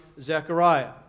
Zechariah